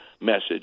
message